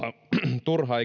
turhaa